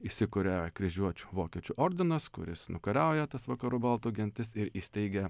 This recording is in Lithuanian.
įsikuria kryžiuočių vokiečių ordinas kuris nukariauja tas vakarų baltų gentis ir įsteigia